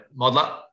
Modler